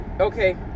Okay